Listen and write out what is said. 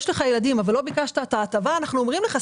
אם אנחנו יודעים שיש לך ילדים אבל לא ביקשת את ההטבה,